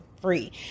free